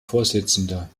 vorsitzender